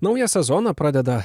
naują sezoną pradeda